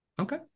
okay